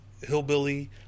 hillbilly